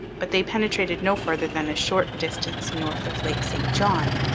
but they penetrated no farther than a short distance north of lake st john,